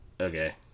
okay